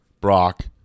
Brock